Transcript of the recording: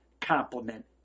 compliment